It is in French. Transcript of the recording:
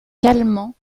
calmant